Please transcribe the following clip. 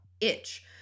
itch